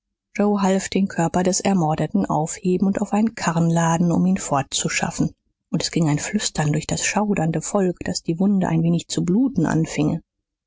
joe half den körper des ermordeten aufheben und auf einen karren laden um ihn fortzuschaffen und es ging ein flüstern durch das schaudernde volk daß die wunde ein wenig zu bluten anfinge